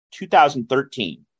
2013